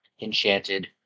enchanted